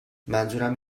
منظورم